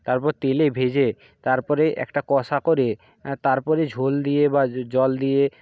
তারপর তেলে ভেজে তারপরে একটা কষা করে তারপরে ঝোল দিয়ে বা জল দিয়ে